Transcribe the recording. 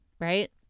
Right